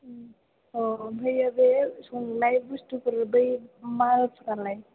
अ ओमफ्रायो बे संनाय बुस्तुफोर बै मालफोरालाय